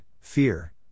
fear